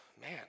Man